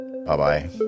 Bye-bye